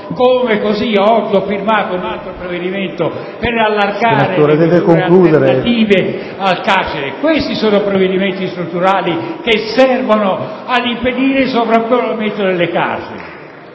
Oggi ho firmato un altro provvedimento per allargare le misure alternative al carcere. Questi sono i provvedimenti strutturali che servono ad impedire il sovraffollamento delle carceri!